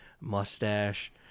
mustache